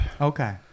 Okay